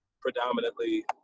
predominantly